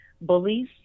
bullies